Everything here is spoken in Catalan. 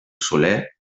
soler